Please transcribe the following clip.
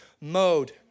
mode